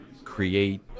Create